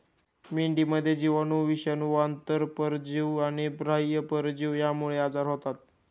मेंढीमध्ये जीवाणू, विषाणू, आंतरपरजीवी आणि बाह्य परजीवी यांमुळे आजार होतात